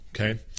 okay